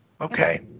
Okay